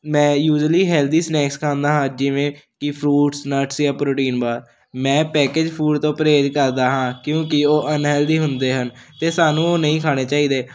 ਮੈਂ usually healthy snacks ਖਾਂਦਾ ਹਾਂ ਜਿਵੇਂ ਕਿ ਫਰੂਟਸ ਨਟਸ ਜਾਂ ਪ੍ਰੋਟੀਨ ਵਾਰ ਮੈਂ ਪੈਕਜ ਫੂਡ ਤੋਂ ਪਰਹੇਜ ਕਰਦਾ ਹਾਂ ਕਿਉਂਕਿ ਉਹ ਅਨਹੈਲਦੀ ਹੁੰਦੇ ਹਨ ਅਤੇ ਸਾਨੂੰ ਉਹ ਨਹੀਂ ਖਾਣੇ ਚਾਹੀਦੇ